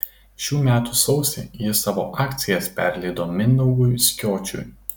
šių metų sausį ji savo akcijas perleido mindaugui skiočiui